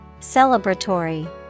Celebratory